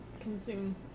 consume